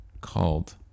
called